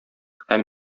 һәм